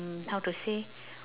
mm how to say